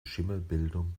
schimmelbildung